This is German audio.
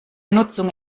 nutzung